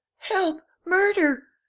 help! murder!